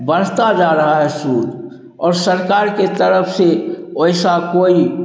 बढ़ता जा रहा है सूद और सरकार की तरफ से वैसा कोई